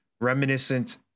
reminiscent